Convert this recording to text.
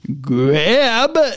grab